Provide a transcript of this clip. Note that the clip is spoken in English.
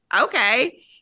Okay